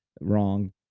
wrong